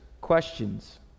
questions